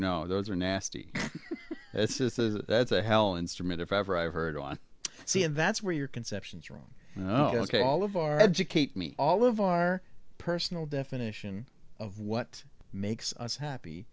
no those are nasty this is a that's a hell instrument if ever i heard on c n n that's where your conceptions wrong ok all of our educate me all of our personal definition of what makes us happy